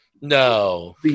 no